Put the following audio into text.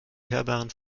hörbaren